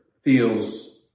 feels